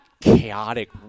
chaotic